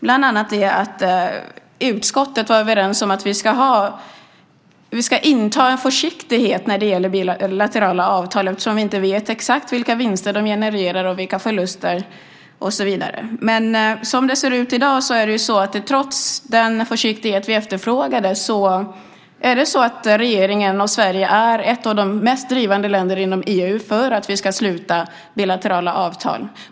Bland annat var utskottet överens om att vi ska inta försiktighet när det gäller bilaterala avtal eftersom vi inte vet exakt vilka vinster och vilka förluster de genererar och så vidare. Men trots den försiktighet vi efterfrågade är det i dag så att regeringen och Sverige är ett av de mest drivande länderna inom EU för att vi ska sluta bilaterala avtal.